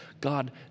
God